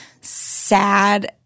sad